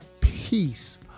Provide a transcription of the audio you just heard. peace